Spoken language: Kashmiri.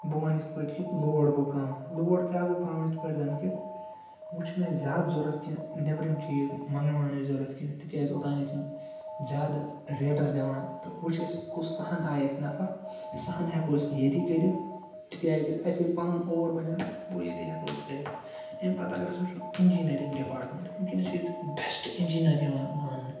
بہٕ وَنہٕ یِتھ پٲٹھۍ کہِ لوڈ گوٚو کَم لوڈ کیٛاہ گوٚو کَم یِتھ پٲٹھۍ زَن کہِ وۄنۍ چھِنہٕ اَسہِ زیادٕ ضوٚرَتھ کیٚنٛہہ نیٚبرِم چیٖز منٛگناوانٕچ ضوٚرَتھ کیٚنٛہہ تِکیٛازِ اوٚتام أسۍ یِم زیادٕ ریٹَس دِوان تہٕ وۄنۍ چھِ أسۍ کُس سُہ ہَن آے اَسہِ نَفع سُہ ہَن ہٮ۪کو أسۍ وۄنۍ ییٚتی کٔرِتھ تِکیٛازِ اَسہِ ییٚلہِ پَنُن اور بَنیو گوٚو ییٚتی ہٮ۪کو أسۍ کٔرِتھ اَمہِ پَتہٕ اگر أسۍ وٕچھو اِنجِنیرِنٛگ ڈِپاٹمٮ۪نٛٹ وٕنۍکٮ۪نَس چھِ ییٚتہِ بٮ۪سٹ اِنجیٖنَر یِوان مانٛنہٕ